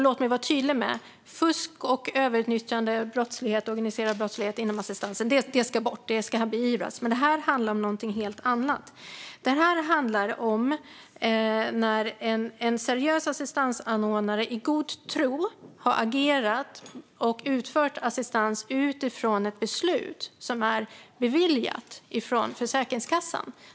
Låt mig vara tydlig med att fusk, överutnyttjande och organiserad brottslighet inom assistansen ska beivras. Men det här handlar om något helt annat. Det här handlar om när en seriös assistansanordnare i god tro har agerat och utfört assistans utifrån ett beslut som är beviljat från Försäkringskassan.